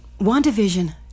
WandaVision